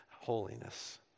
holiness